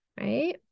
right